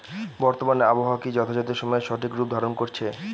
বর্তমানে আবহাওয়া কি যথাযথ সময়ে সঠিক রূপ ধারণ করছে?